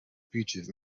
speeches